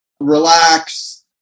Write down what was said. relax